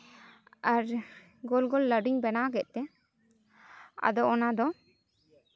ᱟᱨ ᱜᱳᱞ ᱜᱳᱞ ᱞᱟᱹᱰᱩᱧ ᱵᱮᱱᱟᱣ ᱠᱮᱫ ᱛᱮ ᱟᱫᱚ ᱚᱱᱟ ᱫᱚ